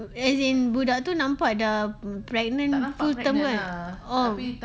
as in budak tu nampak dah pregnant tu tengah oh